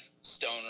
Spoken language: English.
Stone